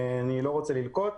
לא רוצה ללקות,